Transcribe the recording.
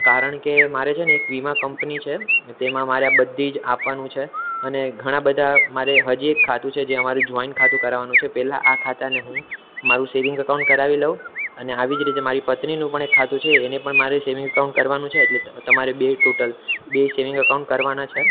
કારણ કે મારે છેને એક વીમા કંપની છે તો તેમાં મારે આ બધી જ આપવાનું છે અને ઘણા બધા મારે હજી એક ખાતું જે અમારે જોઇન ખાતું કરાવાનું છે પેલા આ ખાતાને હું મારું સેવિંગ અકાઉન્ટ કરાવી લઉ અને આવી જ રીતે મારી પત્નીનું પણ એક ખાતું છે એને પણ મારે સેવિંગ અકાઉન્ટ કરવાનું છે એટલે તમારે બે ટોટલ બે સેવિંગ અકાઉન્ટ કરવાના છે